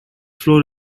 floor